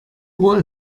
uhr